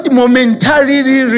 momentarily